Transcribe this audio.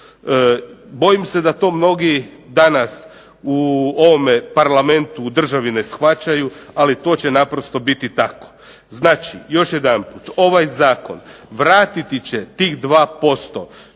Bojim se da to mnogi danas u ovom Parlamentu u državni ne shvaćaju ali to će naprosto biti tako. Znači, ovaj zakon vratiti će tih 2%